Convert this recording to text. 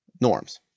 norms